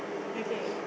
okay